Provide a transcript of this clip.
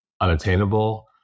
unattainable